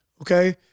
Okay